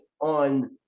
on